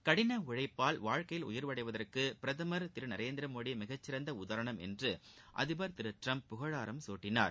கடின உழைப்பால் வாழ்க்கையில் உயர்வு அடைவதற்கு பிரதமர் திரு நரேந்திரமோடி மிகச்சிறந்த உதாரணம் என்று அதிபர் திரு ட்டிரம் புகழாராம் சூட்டினார்